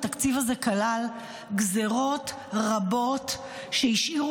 התקציב הזה כלל גזרות רבות שהשאירו